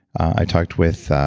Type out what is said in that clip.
i've talked with.